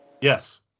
yes